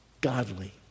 godly